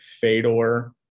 Fedor